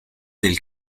del